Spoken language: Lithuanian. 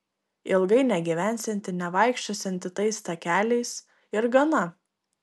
ilgai negyvensianti nevaikščiosianti tais takeliais ir gana